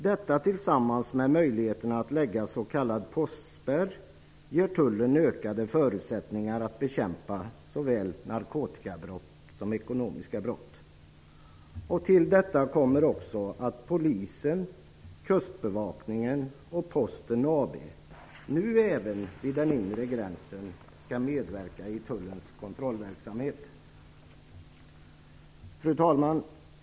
Detta tillsammans med möjligheten att lägga s.k. postspärr ger tullen ökade förutsättningar att bekämpa såväl narkotikabrott som ekonomiska brott. Till detta kommer också att polisen, kustbevakningen och Posten AB nu även vid den inre gränsen skall medverka i tullens kontrollverksamhet. Fru talman!